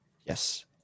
yes